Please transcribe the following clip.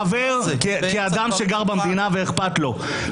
כאדם שגר במדינה ואכפת לו,